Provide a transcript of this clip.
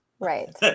Right